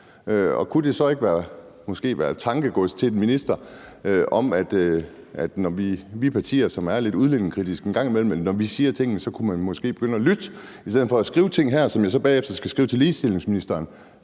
Kunne det måske ikke være tankestof til en minister, at når vi partier, som er lidt udlændingekritiske, siger tingene, at man en gang imellem måske kunne begynde at lytte i stedet for at skrive ting, som jeg så bagefter skal skrive til ligestillingsministeren